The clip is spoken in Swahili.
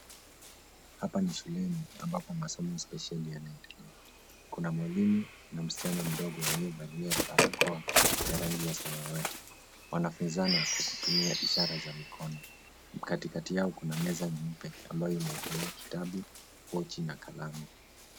Hapa ni shuleni ambapo masomo spesheli yanaendelea. Kuna mwalimu na msichana mdogo waliovalia barakoa ya rangi ya samawati. Wanafunzana kwa kutumia ishara za mikono. Katikati yao kuna meza nyeupe ambayo imewekelewa kitabu, pochi na kalamu.